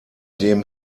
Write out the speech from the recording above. dem